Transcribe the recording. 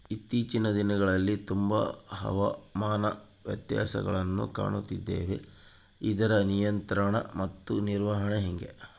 ಇತ್ತೇಚಿನ ದಿನಗಳಲ್ಲಿ ತುಂಬಾ ಹವಾಮಾನ ವ್ಯತ್ಯಾಸಗಳನ್ನು ಕಾಣುತ್ತಿದ್ದೇವೆ ಇದರ ನಿಯಂತ್ರಣ ಮತ್ತು ನಿರ್ವಹಣೆ ಹೆಂಗೆ?